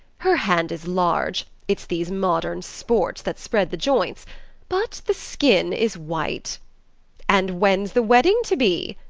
her hand is large it's these modern sports that spread the joints but the skin is white and when's the wedding to be?